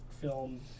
film